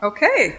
Okay